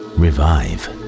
revive